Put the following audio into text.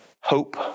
hope